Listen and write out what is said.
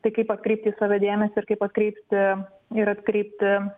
tai kaip atkreipti į save dėmesį ir kaip atkreipti ir atkreipti